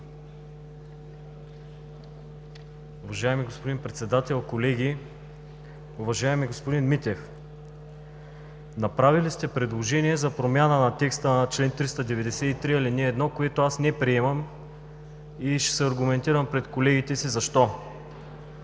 Уважаеми господин Председател, колеги! Уважаеми господин Митев, направили сте предложение за промяна на текста на чл. 393, ал. 1, което аз не приемам, и ще се аргументирам пред колегите защо.